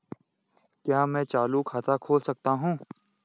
क्या मैं चालू खाता खोल सकता हूँ?